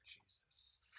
Jesus